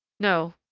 no.